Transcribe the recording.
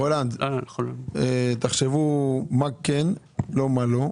רולנד, תחשבו מה כן, לא מה לא.